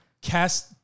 cast